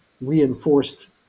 reinforced